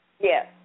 Yes